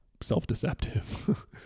self-deceptive